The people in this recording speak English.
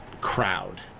crowd